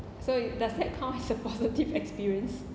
so does that count as a positive experience